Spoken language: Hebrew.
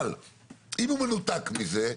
אבל לא אם הוא מנותק מזה.